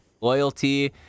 loyalty